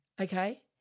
Okay